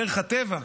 בדרך הטבע,